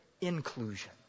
inclusion